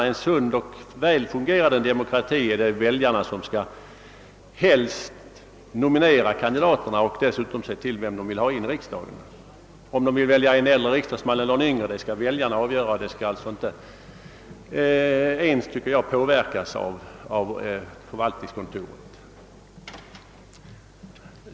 I en sund och väl fungerande demokrati är det enbart väljarna som skall nominera kandidaterna och säga till om vem de vill ha in i riksdagen. Väljarna skall avgöra om de vill ha en äldre eller en yngre riksdagsman, och de får inte ens påverkas av förvaltningskontoret.